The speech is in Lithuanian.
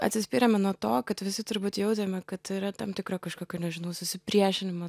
atsispirėme nuo to kad visi turbūt jautėme kad yra tam tikro kažkokio nežinau susipriešinimo